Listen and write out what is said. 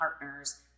partners